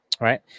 right